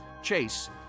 Chase